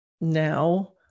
now